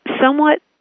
somewhat